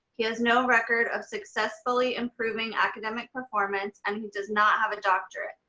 he has no record of successfully improving academic performance, and he does not have a doctorate,